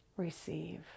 Receive